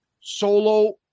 solo